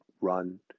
run